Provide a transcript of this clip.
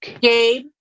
Gabe